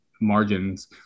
margins